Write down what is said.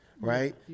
right